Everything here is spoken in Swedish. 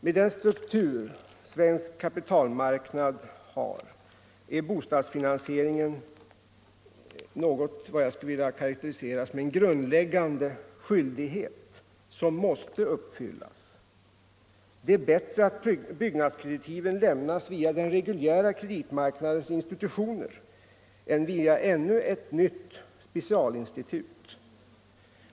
Med den struktur svensk kapitalmarknad har är bostadsfinansieringen något som jag skulle vilja kalla en grundläggande skyldighet som måste uppfyllas. Det är bättre att byggnadskreditiven lämnas via den reguljära kreditmarknadens institutioner än via ännu ett nytt specialinstitut.